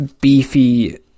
beefy